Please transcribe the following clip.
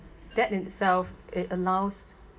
that in itself it allows